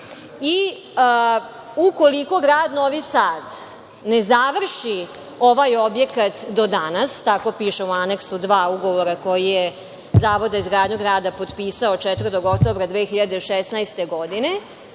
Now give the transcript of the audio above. i ukoliko grad Novi Sad ne završi ovaj objekat do danas, tako piše u Aneksu II ugovora koji je Zavod za izgradnju grada potpisao 4. oktobra 2016. godine,